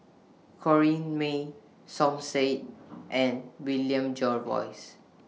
Corrinne May Som Said and William Jervois